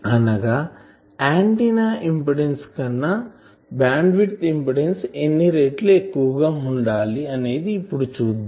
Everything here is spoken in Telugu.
అనగా ఆంటిన్నా ఇంపిడెన్సు కన్నా బ్యాండ్ విడ్త్ ఇంపిడెన్సు ఎన్ని రెట్లు ఎక్కువగా ఉండాలి అనేది ఇప్పుడు చూద్దాం